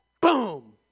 Boom